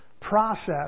process